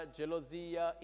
gelosia